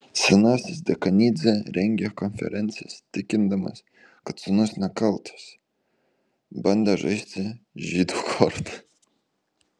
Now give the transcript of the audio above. senasis dekanidzė rengė konferencijas tikindamas kad sūnus nekaltas bandė žaisti žydų korta